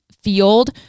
field